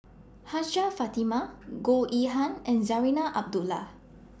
Hajjah Fatimah Goh Yihan and Zarinah Abdullah